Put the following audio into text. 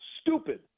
Stupid